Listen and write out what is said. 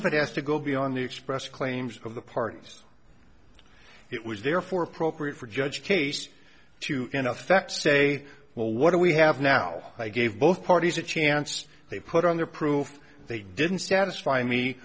if it has to go beyond the expressed claims of the parties it was therefore appropriate for judge case to in effect say well what do we have now i gave both parties a chance they put on their proved they didn't satisfy me